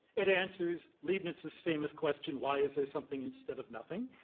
it answers leibniz's famous question why is there something instead of nothing?